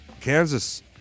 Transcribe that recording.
Kansas